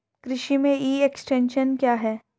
कृषि में e extension क्या है?